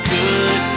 good